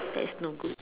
that is no good